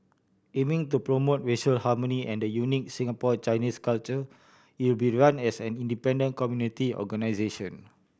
aiming to promote racial harmony and the unique Singapore Chinese culture it will be run as an independent community organisation